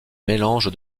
mélange